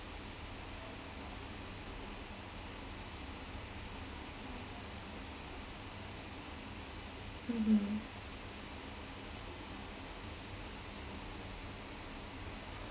mmhmm